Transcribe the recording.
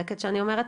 צודקת שאני אומרת?